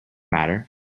matter